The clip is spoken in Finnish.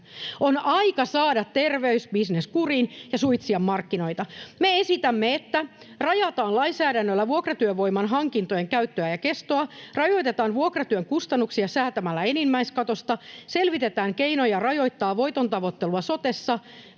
On aika saada terveysbisnes kuriin ja suitsia markkinoita. Me esitämme, että rajataan lainsäädännöllä vuokratyövoiman hankintojen käyttöä ja kestoa, rajoitetaan vuokratyön kustannuksia säätämällä enimmäiskatosta, selvitetään keinoja rajoittaa voitontavoittelua sotessa,